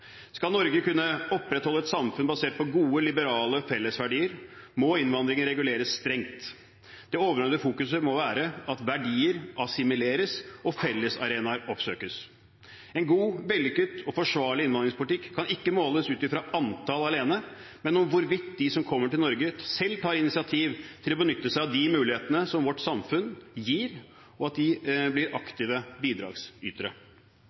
Skal Norge kunne opprettholde et samfunn basert på gode, liberale fellesverdier, må innvandringen reguleres strengt. Det overordnede fokus må være at verdier assimileres og fellesarenaer oppsøkes. En god, vellykket og forsvarlig innvandringspolitikk kan ikke måles ut fra antall alene, men ut fra hvorvidt de som kommer til Norge, selv tar initiativ til å benytte seg av de mulighetene som vårt samfunn gir, og blir aktive bidragsytere.